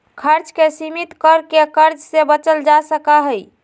खर्च के सीमित कर के कर्ज से बचल जा सका हई